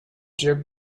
jerk